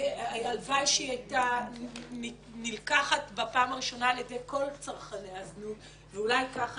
הלוואי שהיא הייתה נלקחת בפעם הראשונה על-ידי כל צרכני הזנות ואולי ככה